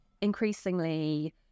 increasingly